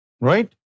right